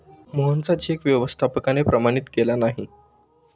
मोहनचा चेक व्यवस्थापकाने प्रमाणित केला नाही